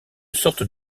sorte